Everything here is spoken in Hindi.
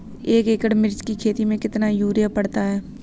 एक एकड़ मिर्च की खेती में कितना यूरिया पड़ता है?